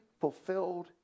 fulfilled